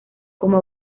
como